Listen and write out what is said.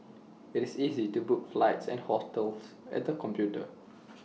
IT is easy to book flights and hotels at the computer